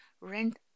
rent